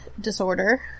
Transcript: disorder